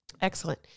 Excellent